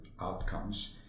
outcomes